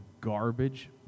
garbage